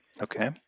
Okay